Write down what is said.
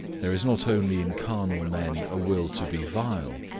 there is not only in carnal men a will to be vile,